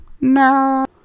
No